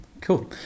cool